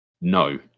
No